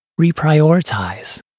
reprioritize